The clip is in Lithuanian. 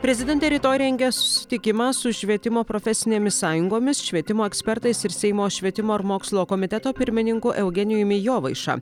prezidentė rytoj rengia susitikimą su švietimo profesinėmis sąjungomis švietimo ekspertais ir seimo švietimo ir mokslo komiteto pirmininku eugenijumi jovaiša